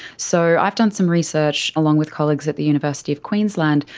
so i've done some research, along with colleagues at the university of queensland,